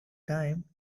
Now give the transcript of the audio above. time